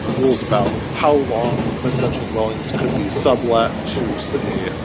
rules about how long residential dwellings could be sublet to, say,